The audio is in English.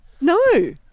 No